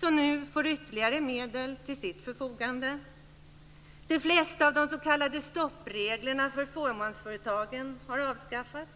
som nu får ytterligare medel till sitt förfogande. · De flesta av de s.k. stoppreglerna för fåmansföretagen har avskaffats.